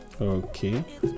Okay